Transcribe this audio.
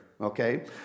okay